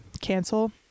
cancel